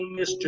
Mr